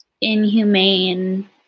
inhumane